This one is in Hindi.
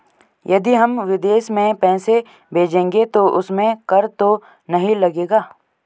यदि हम विदेश में पैसे भेजेंगे तो उसमें कर तो नहीं लगेगा?